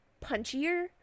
punchier